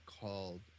called